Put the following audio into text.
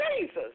Jesus